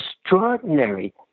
extraordinary